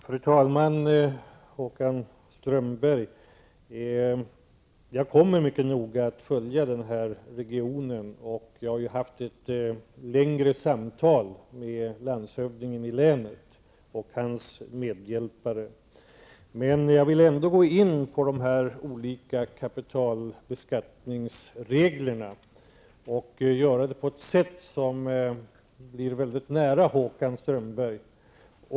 Fru talman! Jag kommer att mycket noga följa denna region, Håkan Strömberg. Jag har haft ett längre samtal med landshövdingen i länet och hans medhjälpare. Jag tänker nu gå in på de olika kapitalbeskattningsreglerna och föra resonemanget så att frågan kommer mycket nära Håkan Strömberg.